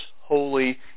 holy